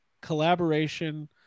collaboration